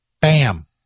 Bam